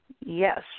Yes